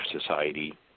society